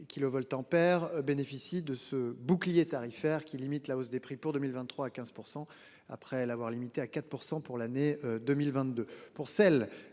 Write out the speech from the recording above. kilovoltampères bénéficient de ce bouclier tarifaire qui limite la hausse des prix pour 2023 à 15% après l'avoir limité à 4% pour l'année 2022